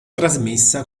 trasmessa